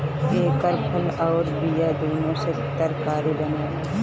एकर फल अउर बिया दूनो से तरकारी बनेला